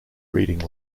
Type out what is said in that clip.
reading